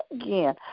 Again